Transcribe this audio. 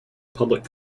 public